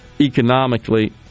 economically